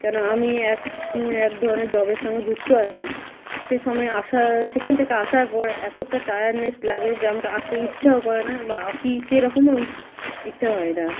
কেন আমি এক এক ধরনের জবের সঙ্গে যুক্ত আছি সে সময়ে আসা সেখান থেকে আসার পর এতোটা টায়ার্ডনেস লাগে যা আমাকে আঁকতে ইচ্ছাও করে না বা আঁকি সেরকমও ইচ্ছা হয় না